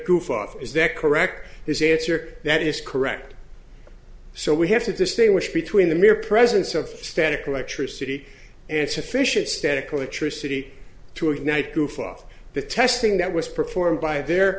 goof off is that correct his answer that is correct so we have to distinguish between the mere presence of static electricity answer fission static electricity to ignite goof off the testing that was performed by their